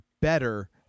better